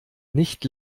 nicht